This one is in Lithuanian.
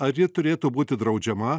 ar ji turėtų būti draudžiama